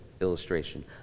illustration